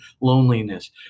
loneliness